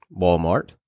Walmart